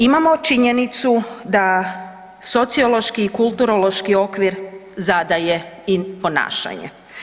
Imamo činjenicu da sociološki i kulturološki okvir zadaje i ponašanje.